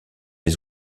les